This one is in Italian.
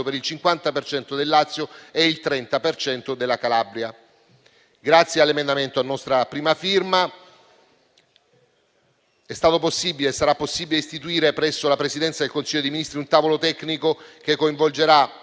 per cento del Lazio e il 30 per cento della Calabria. Grazie all'emendamento a nostra prima firma, sarà possibile istituire presso la Presidenza del Consiglio dei ministri un tavolo tecnico che coinvolgerà